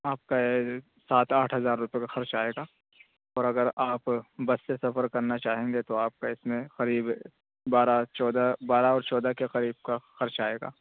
آپ کا سات آٹھ ہزار روپئے کا خرچ آئے گا اور اگر آپ بس سے سفر کرنا چاہیں گے تو آپ کا اس میں قریب بارہ چودہ بارہ اور چودہ کے قریب کا خرچ آئے گا